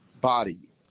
body